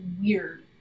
weird